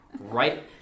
right